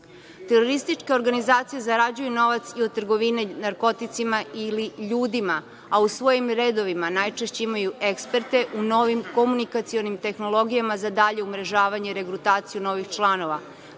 Terorističke organizacije zarađuju novac i od trgovine narkoticima ili ljudima, u svojim redovima najčešće imaju ekperte u novim komunikacionim tehnologijama za dalje umrežavanje i regrutaciju novih članova. Zato